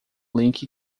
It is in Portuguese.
link